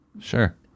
Sure